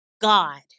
God